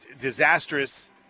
disastrous